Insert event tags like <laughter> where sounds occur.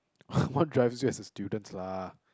<breath> what drive you as a students lah